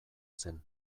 zen